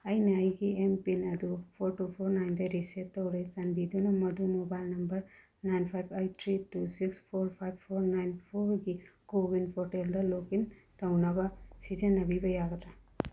ꯑꯩꯅ ꯑꯩꯒꯤ M pin ꯑꯗꯨ ꯐꯣꯔ ꯇꯨ ꯐꯣꯔ ꯅꯥꯏꯟꯗ ꯔꯤꯁꯦꯠ ꯇꯧꯔꯦ ꯆꯥꯟꯕꯤꯗꯨꯅ ꯃꯗꯨ mobile number nine five eight three two six four five four nine ꯐꯣꯔꯒꯤ ꯀꯣꯋꯤꯟ ꯄꯣꯔꯇꯦꯜꯗ ꯂꯣꯛ ꯏꯟ ꯇꯧꯅꯕ ꯁꯤꯖꯤꯟꯅꯕꯤꯕ ꯌꯥꯒꯗ꯭ꯔꯥ